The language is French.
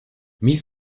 mille